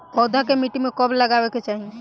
पौधा के मिट्टी में कब लगावे के चाहि?